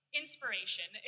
inspiration